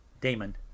damon